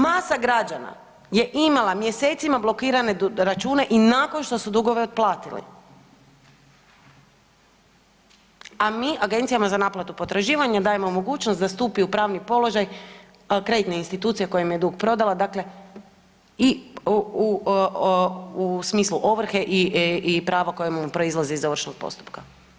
Masa građana je imala mjesecima blokirane račune i nakon što su dugove otplatili, a mi agencijama za naplatu potraživanja dajemo mogućnost da stupi u pravni položaj kreditne institucije kojem je dug prodala, dakle i u smislu ovrhe i prava koja mu proizlaze iz ovršnog postupka.